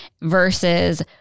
versus